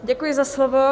Děkuji za slovo.